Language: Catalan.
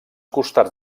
costats